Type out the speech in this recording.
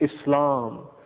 Islam